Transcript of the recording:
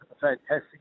fantastic